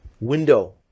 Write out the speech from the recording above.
window